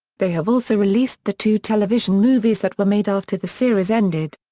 they have also released the two television movies that were made after the series ended.